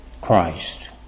Christ